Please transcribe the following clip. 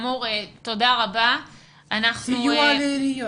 שהוא יסיע אותו ישירות, שיוציא אמבולנס ויסיע